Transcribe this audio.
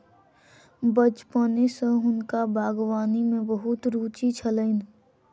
बचपने सॅ हुनका बागवानी में बहुत रूचि छलैन